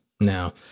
Now